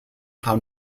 how